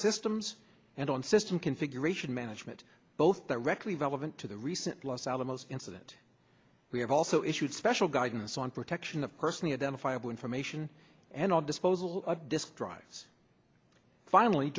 systems and on system configuration management both directly relevant to the recent los alamos incident we have also issued special guidance on protection of personally identifiable information and all disposal of disk drives finally